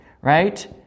right